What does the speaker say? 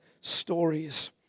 stories